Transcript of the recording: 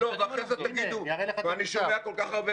הנה, אני אראה לך את המכתב.